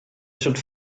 should